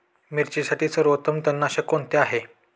मिरचीसाठी सर्वोत्तम तणनाशक कोणते आहे?